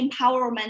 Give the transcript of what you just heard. empowerment